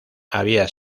había